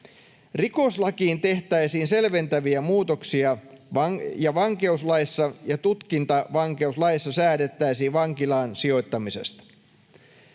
Rikoslakiin tehtäisiin selventäviä muutoksia ja vankeuslaissa ja tutkintavankeuslaissa säädettäisiin vankilaan sijoittamisesta.